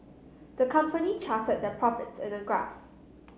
the company charted their profits in a graph